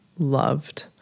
Loved